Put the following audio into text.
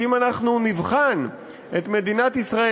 כי אם אנחנו נבחן את מדינת ישראל,